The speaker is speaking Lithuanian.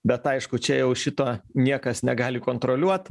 bet aišku čia jau šito niekas negali kontroliuot